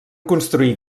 construir